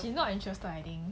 she not interested I think